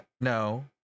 No